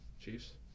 Chiefs